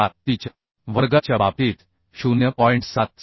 34 Cच्या वर्गाच्या बाबतीत 0